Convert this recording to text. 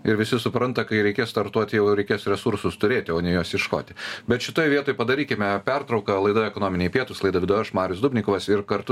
ir visi supranta kai reikės startuoti jau reikės resursus turėti o ne juos ieškoti bet šitoj vietoj padarykime pertrauką laida ekonominiai pietūs laidą vedu aš marius dubnikovas ir kartu